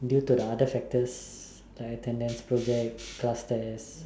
due to the other factors like attendances project class test